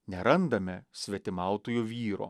nerandame svetimautojo vyro